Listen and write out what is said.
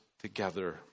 together